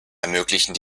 ermöglichen